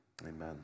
Amen